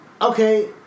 Okay